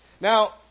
Now